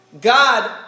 God